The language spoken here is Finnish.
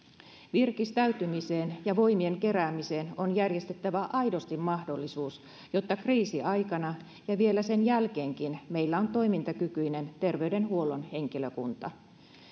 virkistäytymiseen ja voimien keräämiseen on järjestettävä aidosti mahdollisuus jotta kriisiaikana ja vielä sen jälkeenkin meillä on toimintakykyinen terveydenhuollon henkilökunta